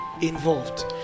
involved